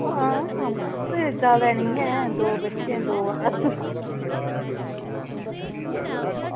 हां अस ज्यादा निं ऐ दो बच्चे ते दो अस